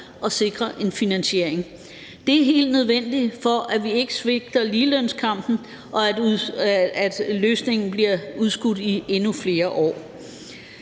at sikre en finansiering. Det er helt nødvendigt for, at vi ikke svigter ligelønskampen, og at løsningen ikke bliver udskudt i endnu flere år.